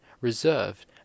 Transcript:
reserved